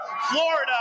Florida